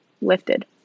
lifted